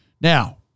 Now